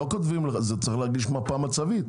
צריך להגיש מפה מצבית.